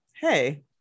hey